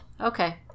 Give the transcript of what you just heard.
Okay